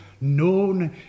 known